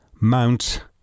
Mount